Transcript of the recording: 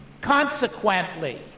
consequently